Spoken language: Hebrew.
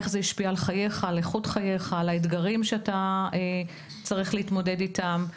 איך זה השפיע על איכות החיים שלו והאתגרים שהוא צריך להתמודד איתם,